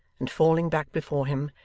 and falling back before him,